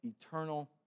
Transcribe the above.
eternal